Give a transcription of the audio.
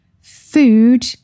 food